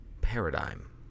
paradigm